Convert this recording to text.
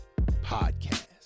podcast